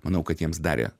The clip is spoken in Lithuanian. manau kad jiems darė